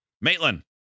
Maitland